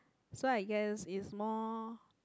so I guess is more